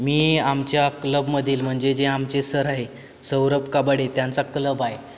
मी आमच्या क्लबमधील म्हणजे जे आमचे सर आहे सौरभ काबाडे त्यांचा क्लब आहे